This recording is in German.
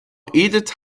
edith